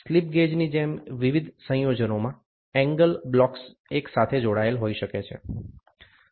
slip ગેજની જેમ વિવિધ સંયોજનોમાં એંગલ બ્લોક્સ એકસાથે જોડાયેલ હોઈ શકે છે